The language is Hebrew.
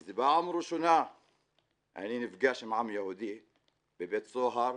שזו פעם ראשונה אני נפגש עם עם יהודי בבית סוהר.